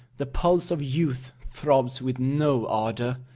the pulse of youth throbs with no ardour.